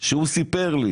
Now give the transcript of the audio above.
אני חוסך לכם